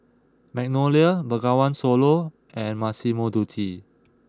Magnolia Bengawan Solo and Massimo Dutti